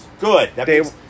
good